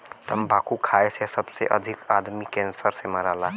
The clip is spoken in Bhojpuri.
तम्बाकू खाए से सबसे अधिक आदमी कैंसर से मरला